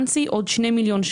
מיליון.